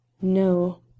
No